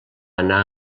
anar